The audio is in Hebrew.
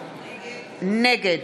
נצביע.